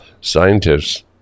Scientists